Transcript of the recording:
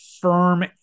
firm